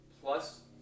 Plus